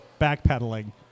backpedaling